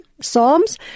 Psalms